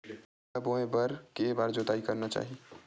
धान ल बोए बर के बार जोताई करना चाही?